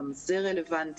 גם זה רלוונטי.